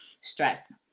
stress